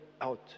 out